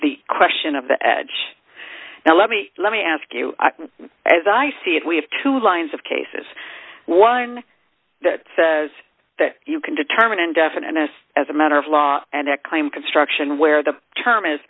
the question of the edge now let me let me ask you as i see it we have two lines of cases one that says that you can determine indefiniteness as a matter of law and that claim construction where the term is